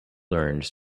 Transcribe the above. learned